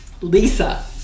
Lisa